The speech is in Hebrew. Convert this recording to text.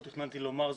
לא תכננתי לומר זאת,